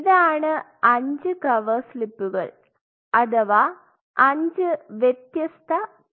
ഇതാണ് 5 കവർ സ്ലിപ്പുകൾ അഥവാ അഞ്ച് വ്യത്യസ്ത ട്രയലുകൾ